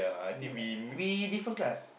yea we different class